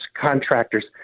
contractors